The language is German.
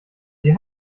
wie